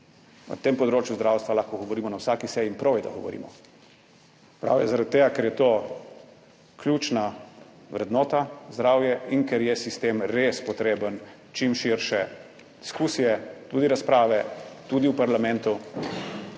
Na tem področju zdravstva lahko govorimo na vsaki seji in prav je, da govorimo. Prav je, zaradi tega, ker je zdravje ključna vrednota in ker je sistem res potreben čim širše diskusije, tudi razprave, tudi v parlamentu,